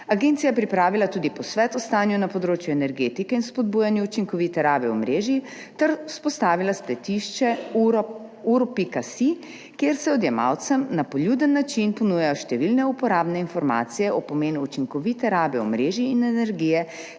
Agencija je pripravila tudi posvet o stanju na področju energetike in spodbujanju učinkovite rabe omrežij ter vzpostavila spletišče uro.si, kjer se odjemalcem na poljuden način ponujajo številne uporabne informacije o pomenu učinkovite rabe omrežij in energije